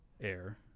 air